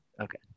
Okay